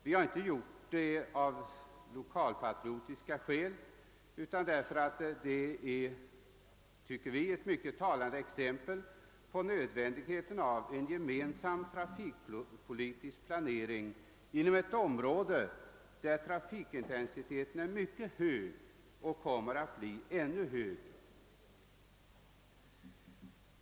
Vi har inte gjort det av lokalpatriotiska skäl, utan därför att det är ett mycket talande exempel på nödvändigheten av en gemensam trafikpolitisk planering inom ett område där trafikintensiteten är mycket hög och kommer att bli ännu högre.